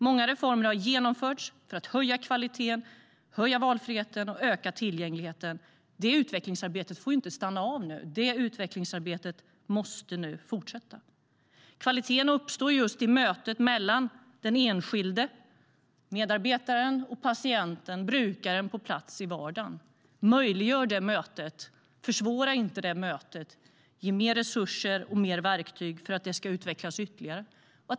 Många reformer har genomförts för att höja kvaliteten, öka valfriheten och öka tillgängligheten. Det utvecklingsarbetet får inte stanna av nu. Det utvecklingsarbetet måste fortsätta. Kvalitet uppstår just i mötet mellan den enskilde medarbetaren och patienten eller brukaren på plats i vardagen. Möjliggör det mötet! Försvåra inte det mötet! Ge mer resurser och mer verktyg för att det ska utvecklas ytterligare!